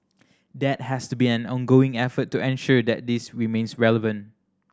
that has to be an ongoing effort to ensure that this remains relevant